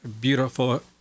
beautiful